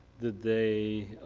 did they